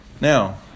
now